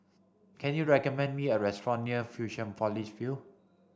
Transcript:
can you recommend me a restaurant near Fusionopolis View